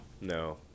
no